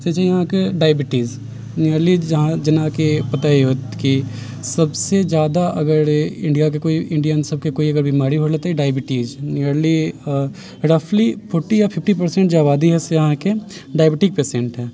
से छै अहाँके diabetes nearly जेनाकि पता ही होत कि सभसँ ज्यादा अगर इंडियाके कोइ इंडियनसभके कोइ अगर बीमारी होल हेतै तऽ डाइबिटीज नीयरली आ रफली फोर्टी या फिफ़्टी परसेंट जे आबादी हइ से अहाँके डाइबिटीक पेसेंट हइ